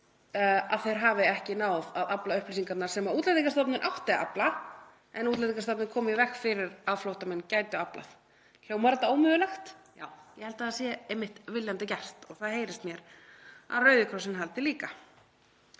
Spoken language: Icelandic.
að þeir hafi ekki náð að afla upplýsinganna sem Útlendingastofnun átti að afla en Útlendingastofnun kom í veg fyrir að flóttamenn gætu aflað. Hljómar þetta ómögulegt? Já, ég held að það sé einmitt viljandi gert. Það heyrist mér að Rauði krossinn haldi líka.